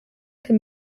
can